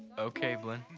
okay, blynn.